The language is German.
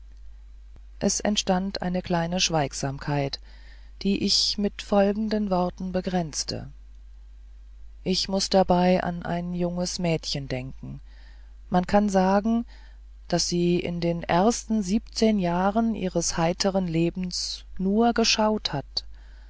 es entstand eine kleine schweigsamkeit die ich mit folgenden worten begrenzte ich muß dabei an ein junges mädchen denken man kann sagen daß sie in den ersten siebzehn jahren ihres heiteren lebens nur geschaut hat